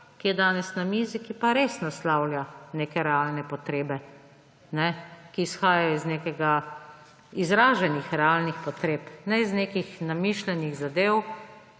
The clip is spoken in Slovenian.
ki je danes na mizi, ki pa res naslavlja neke realne potrebe, ki izhajajo iz izraženih realnih potreb, ne iz nekih namišljenih zadev,